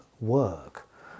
work